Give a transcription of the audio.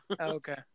Okay